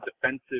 defensive